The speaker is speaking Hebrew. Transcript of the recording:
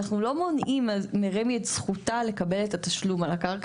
אנחנו לא מונעים מרמ״י את זכותה לקבל את התשלום על הקרקע,